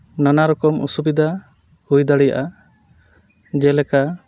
ᱱᱟᱱᱟᱨᱚᱠᱚᱢ ᱚᱥᱩᱵᱤᱫᱷᱟ ᱦᱩᱭ ᱫᱟᱲᱮᱭᱟᱜᱼᱟ ᱡᱮᱞᱮᱠᱟ